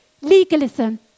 legalism